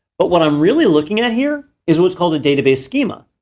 but what i'm really looking at at here is what's called a database schema.